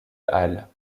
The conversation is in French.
halle